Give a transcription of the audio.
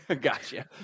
Gotcha